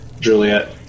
Juliet